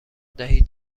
دهید